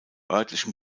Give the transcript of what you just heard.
örtlichen